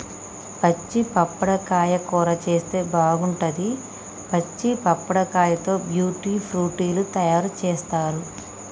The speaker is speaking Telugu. పచ్చి పప్పడకాయ కూర చేస్తే బాగుంటది, పచ్చి పప్పడకాయతో ట్యూటీ ఫ్రూటీ లు తయారు చేస్తారు